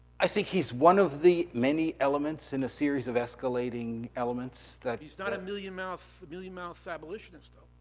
i think he's one of the many elements in a series of escalating elements that he's not a mealy-mouthed mealy-mouthed abolitionist though,